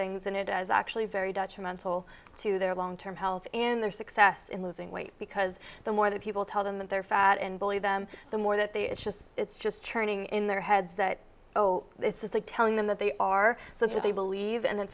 things in it as actually very detrimental to their long term health and their success in losing weight because the more that people tell them that they're fat and bully them the more that they it's just it's just turning in their heads that oh this is like telling them that they are so they believe and